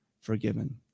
forgiven